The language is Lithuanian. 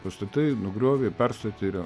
pastatei nugriovei perstatei ir vėl